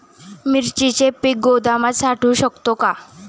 मिरचीचे पीक गोदामात साठवू शकतो का?